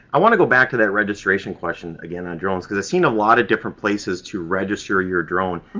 i want to go back to that registration question again on drones because i've seen a lot of different places to register your drone.